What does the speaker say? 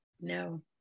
no